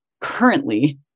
currently